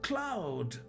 Cloud